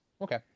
Okay